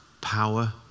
power